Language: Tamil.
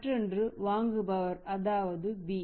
மற்றொன்று வாங்குபவர் அதாவது B